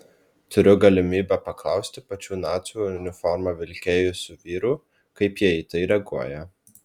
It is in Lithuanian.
turiu galimybę paklausti pačių nacių uniformą vilkėjusių vyrų kaip jie į tai reaguoja